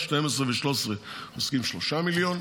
12 ו-13 חוסכים 3 מיליון.